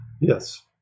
Yes